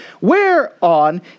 whereon